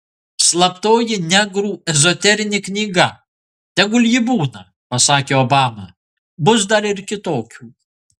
slaptoji negrų ezoterinė knyga tegul ji būna pasakė obama bus dar ir kitokių